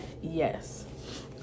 Yes